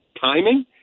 timing